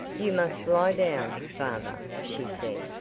you must lie down, father, she said,